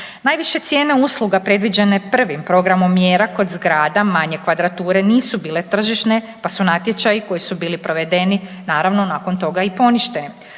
Najviše cijene usluga predviđene prvim programom mjera kod zgrada manje kvadrature nisu bile tržišne pa su natječaji koji su bili provedeni naravno nakon toga i poništeni.